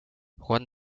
juan